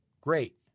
Great